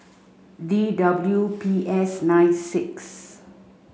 D W P S nine six